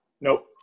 Nope